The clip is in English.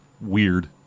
weird